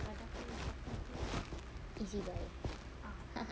ezbuy